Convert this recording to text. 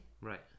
Right